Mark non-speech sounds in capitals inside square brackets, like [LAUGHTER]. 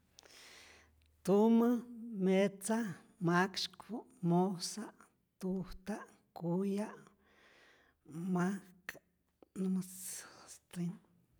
Tumä metza maksyku’ mojsa’ tujta’ kuya’ majka’ [HESITATION]